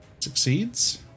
Succeeds